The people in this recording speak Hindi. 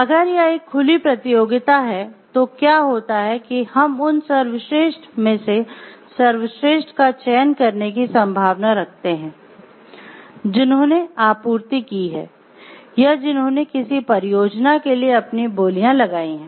अगर यह एक खुली प्रतियोगिता है तो क्या होता है कि हम उन सर्वश्रेष्ठ में से सर्वश्रेष्ठ का चयन करने की संभावना रखते हैं जिन्होंने आपूर्ति की है या जिन्होंने किसी परियोजना के लिए अपनी बोलियाँ लगाई हैं